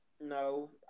No